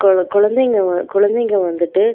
கொழ குழந்தைங்க குழந்தைங்க வந்துவிட்டு